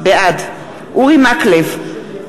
בעד אורי מקלב,